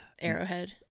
Arrowhead